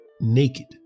naked